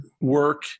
work